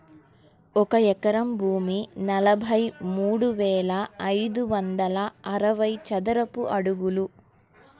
ఒక ఎకరం భూమి నలభై మూడు వేల ఐదు వందల అరవై చదరపు అడుగులు